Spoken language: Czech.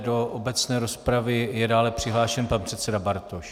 Do obecné rozpravy je dále přihlášen pan předseda Bartoš.